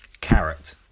Carrot